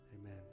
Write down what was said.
Amen